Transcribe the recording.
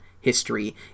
history